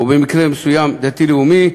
או במקרה מסוים דתי-לאומי,